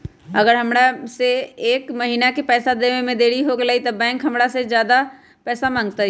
अगर हमरा से एक महीना के पैसा देवे में देरी होगलइ तब बैंक हमरा से ज्यादा पैसा मंगतइ?